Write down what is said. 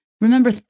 remember